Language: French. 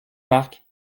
marc